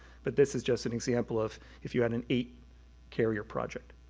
but this this just an example of if you had an eight carrier project.